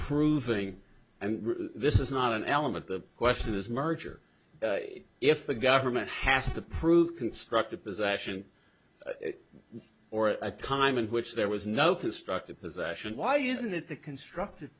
proving and this is not an element the question is merger if the government has to prove constructive possession or at a time in which there was no to struck the possession why isn't it the constructive